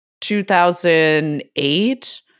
2008